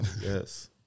Yes